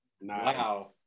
wow